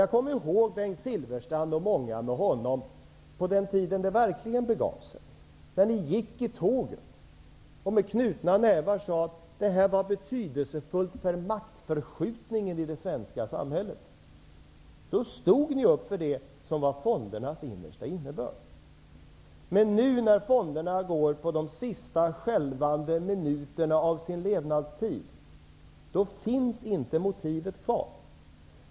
Jag kommer ihåg hur Bengt Silfverstrand och många med honom, på den tiden som det verkligen begav sig, gick i tågen och med knutna nävar sade att det här var betydelsefullt för maktförskjutningen i det svenska samhället. Då stod ni upp för det som var fondernas innersta innebörd. Men nu, när fonderna går på de sista skälvande minuterna av sin levnad, finns inte det motivet kvar.